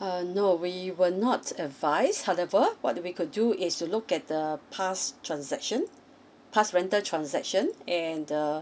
uh no we were not advise however what we could do is to look at the past transaction past rental transaction and uh